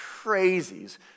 crazies